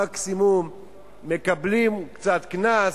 מקסימום מקבלים קצת קנס,